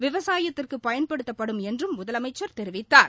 விவசாயத்திற்கு பயன்படுத்தப்படும் என்றம் முதலமைச்சர் தெரிவித்தார்